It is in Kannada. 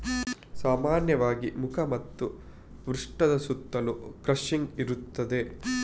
ಸಾಮಾನ್ಯವಾಗಿ ಮುಖ ಮತ್ತು ಪೃಷ್ಠದ ಸುತ್ತಲೂ ಕ್ರಚಿಂಗ್ ಇರುತ್ತದೆ